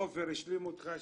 עופר השלים אותך,